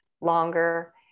longer